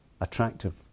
attractive